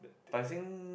Tai Seng